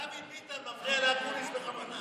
דוד ביטן מפריע לאקוניס בכוונה.